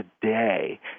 today